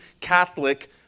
Catholic